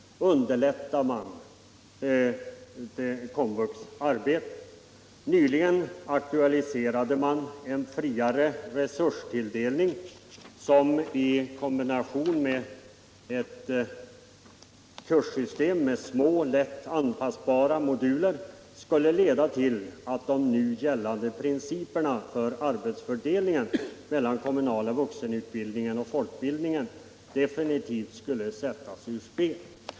Nyligen aktualiserades den friare resursfördelningen som, i kombination med ett kurssystem med små, lätt anpassbara moduler, skulle leda till att de nu gällande principerna för arbetsfördelningen mellan den kommunala vuxenutbildningen och folkbildningen definitivt sattes ur spel.